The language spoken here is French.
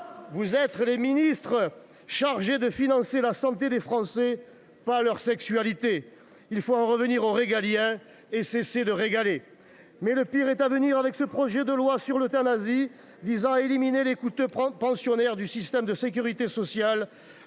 Vous êtes les ministres chargés de financer la santé des Français, pas leur sexualité ! Il faut revenir au régalien et cesser de régaler ! Le pire est encore à venir avec le projet de loi sur l’euthanasie, visant à éliminer les coûteux pensionnaires du système de sécurité sociale